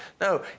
No